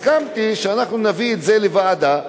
הסכמתי שאנחנו נביא את זה לוועדה,